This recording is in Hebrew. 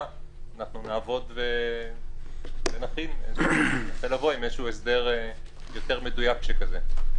נעבוד ונכין וננסה לבוא עם הסדר יותר מדויק שכזה.